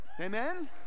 Amen